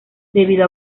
debido